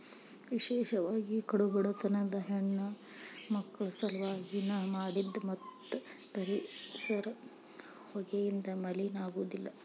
ವಿಶೇಷವಾಗಿ ಕಡು ಬಡತನದ ಹೆಣ್ಣಮಕ್ಕಳ ಸಲವಾಗಿ ನ ಮಾಡಿದ್ದ ಮತ್ತ ಪರಿಸರ ಹೊಗೆಯಿಂದ ಮಲಿನ ಆಗುದಿಲ್ಲ